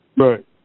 Right